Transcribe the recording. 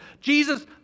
Jesus